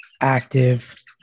active